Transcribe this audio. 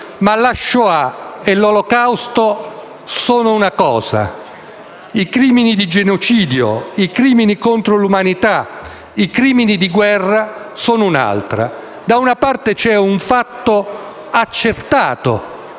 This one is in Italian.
ma la Shoah e l'Olocausto sono una cosa; i crimini di genocidio, i crimini contro l'umanità e i crimini di guerra sono un'altra cosa. Da una parte c'è un fatto accertato